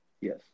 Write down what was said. Yes